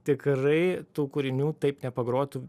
tikrai tų kūrinių taip nepagrotų